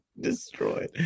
destroyed